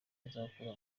bazakora